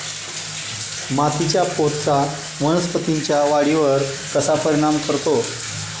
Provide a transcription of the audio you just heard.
मातीच्या पोतचा वनस्पतींच्या वाढीवर कसा परिणाम करतो?